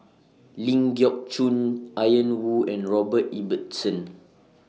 Ling Geok Choon Ian Woo and Robert Ibbetson